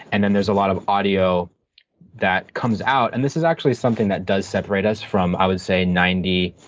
and then there's a lot of audio that comes out. and this is actually something that does separate us from, i would say, ninety